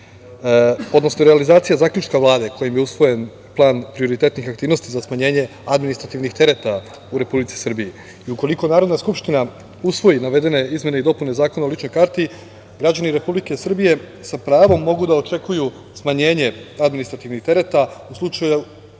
odnosno realizacija zaključka Vlade, kojim je usvojen Plan prioritetnih aktivnosti za smanjenje administrativnih tereta u Republici Srbiji. Narodna skupština ukoliko usvoji navedene izmene i dopune Zakona o ličnoj karti, građani Republike Srbije sa pravom mogu da očekuju smanjenje administrativnih tereta u slučaju